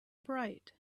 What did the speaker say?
bright